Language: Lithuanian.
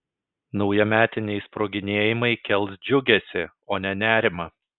naujametiniai sproginėjimai kels džiugesį o ne nerimą